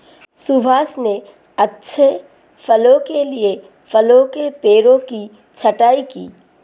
सुभाष ने अच्छी फसल के लिए फलों के पेड़ों की छंटाई की